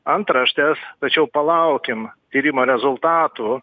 antraštes tačiau palaukim tyrimo rezultatų